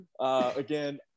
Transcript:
again